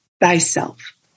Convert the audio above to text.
thyself